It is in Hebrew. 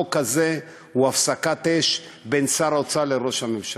החוק הזה הוא הפסקת אש בין שר האוצר לראש הממשלה.